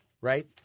right